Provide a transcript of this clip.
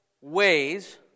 ways